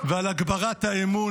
ועל הגברת האמון